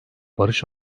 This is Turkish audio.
barış